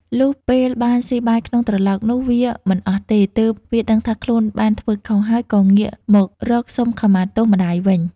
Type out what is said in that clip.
លុះពេលបានស៊ីបាយក្នុងត្រឡោកនោះ វាមិនអស់ទេ ទើបវាដឹងថាខ្លួនបានធ្វើខុស ហើយក៏ងាកមករកសុំខមាទោសម្តាយវិញ។